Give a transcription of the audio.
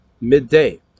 midday